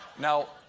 now,